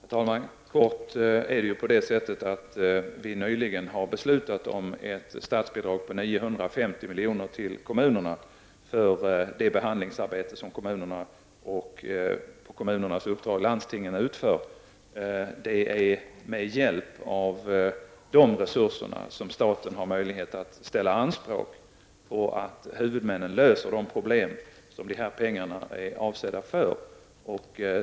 Herr talman! Kort sagt är det på det sättet att vi nyligen har beslutat om ett statsbidrag på 950 milj.kr. till kommunerna för det behandlingsarbete som kommunerna och landstingen utför på kommunernas uppdrag. Det är med hjälp av dessa resurser som staten har möjlighet att ställa anspråk på att huvudmännen löser de problem som dessa pengar var avsedda för.